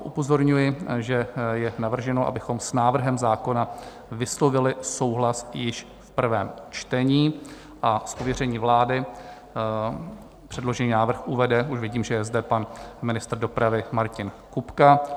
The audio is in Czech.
Upozorňuji, že je navrženo, abychom s návrhem zákona vyslovili souhlas již v prvém čtení, a z pověření vlády předložený návrh uvede už vidím, že je zde pan ministr dopravy Martin Kupka.